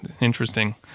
interesting